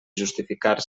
justificar